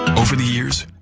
over the years,